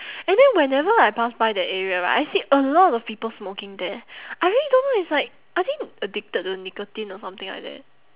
and then whenever I pass by that area right I see a lot of people smoking there I really don't know it's like I think addicted to nicotine or something like that